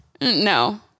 No